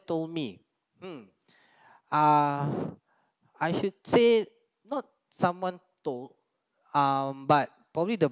told me mm uh I should say not someone told um but probably the